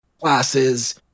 classes